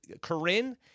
Corinne